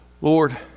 Lord